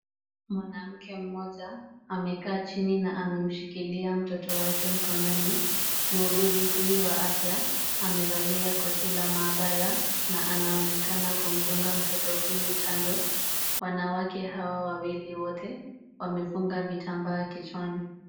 Mwanamke mmoja amekaa chini na amemshikilia mtoto wake mkononi. Muuguzi huyu wa afya, amevalia koti la maabara na anaonekana kumdunga mtoto huyu chanjo. Wanawake hawa wawili wote, wamefunga vitambaa kichwani.